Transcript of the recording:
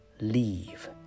leave